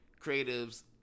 Creatives